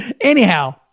Anyhow